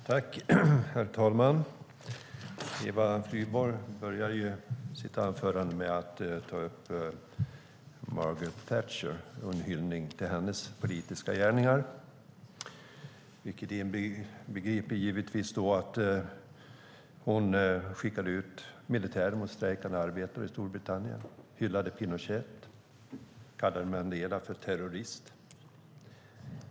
Herr talman! Eva Flyborg börjar sitt anförande med att ta upp Margaret Thatcher och en hyllning till hennes politiska gärningar. Det inbegriper givetvis att hon skickade ut militärer mot strejkande arbetare i Storbritannien, hyllade Pinochet och kallade Mandela för terrorist.